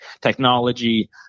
technology